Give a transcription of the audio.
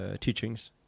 teachings